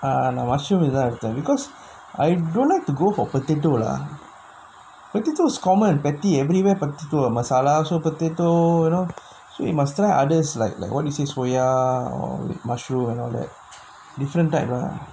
ah mushroom இதா எடுத்த:ithaa eduththa because I don't like to go for potato lah so common the patty everywhere potato masala also potato you know so must try others like the what is it soya or mushroom all that different type ah